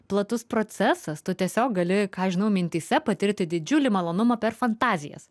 platus procesas tu tiesiog gali ką žinau mintyse patirti didžiulį malonumą per fantazijas